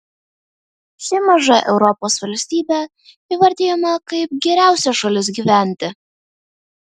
ši maža europos valstybė įvardijama kaip geriausia šalis gyventi